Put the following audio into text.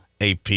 AP